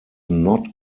not